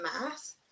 math